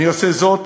אני עושה זאת